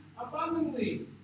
abundantly